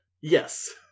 Yes